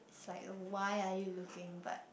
it's like why are you looking but